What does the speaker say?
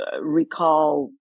recall